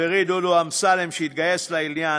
חברי דודו אמסלם, שהתגייס לעניין,